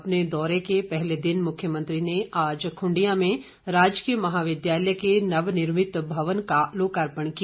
अपने दौरे के पहले दिन मुख्यमंत्री ने आज खुंडिया में राजकीय महाविद्यालय के नवनिर्मित भवन का लोकार्पण किया